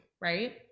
right